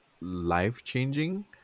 life-changing